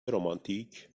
رمانتیک